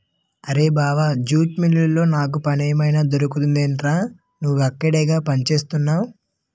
అరేయ్ బావా జూట్ మిల్లులో నాకు పనేమైనా దొరుకుతుందెట్రా? నువ్వక్కడేగా పనిచేత్తున్నవు